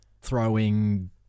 throwing